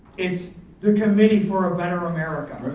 it's the committee for a better america.